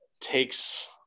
takes